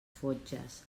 fotges